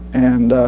and